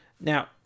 now